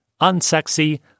unsexy